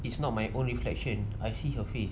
it's not my own reflection I see her face